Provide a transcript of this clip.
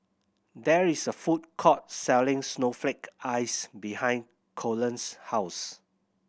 there is a food court selling snowflake ice behind Cullen's house